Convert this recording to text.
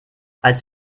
als